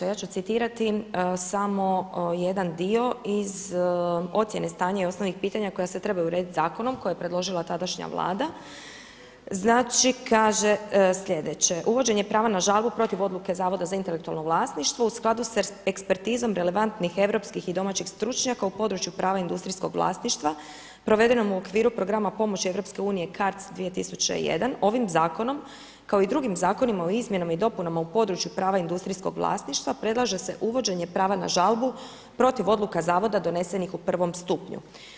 Ja ću citirati samo jedan dio iz ocjene stanja i osnovnih pitanja koja se trebaju urediti zakonom koje je predložila tadašnja vlada znači kaže sljedeće „uvođenje prava na žalbu protiv odluke Zavoda za intelektualno vlasništvo u skladu s ekspertizom relevantnih europskih i domaćih stručnjaka u području prava industrijskog vlasništva provedenom u okviru programa pomoći EU CARDS 2001 ovim zakonom kao i drugim zakonima o izmjenama i dopunama u području prava industrijskog vlasništva predlaže se uvođenje prava na žalbu protiv odluka zavoda donesenim u prvom stupnju.